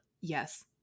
yes